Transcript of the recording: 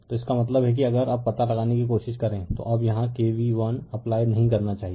तो इसका मतलब है कि अगर अब पता लगाने की कोशिश करें तो अब यहाँ k v l अप्लाई नहीं करना चाहिए